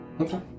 Okay